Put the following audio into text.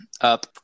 up